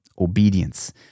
obedience